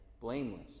blameless